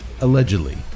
Allegedly